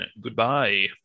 Goodbye